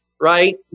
right